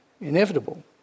inevitable